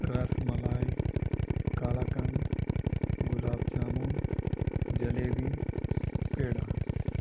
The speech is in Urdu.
رس ملائی کال کند گلاب جامن جلیبی پیڑا